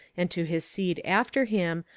and to his seed after him,